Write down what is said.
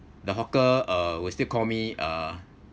the hawker uh will still call me uh